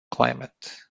climate